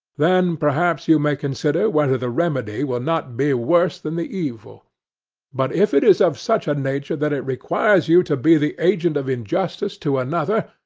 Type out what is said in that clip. then perhaps you may consider whether the remedy will not be worse than the evil but if it is of such a nature that it requires you to be the agent of injustice to another,